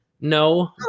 no